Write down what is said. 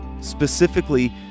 specifically